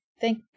thank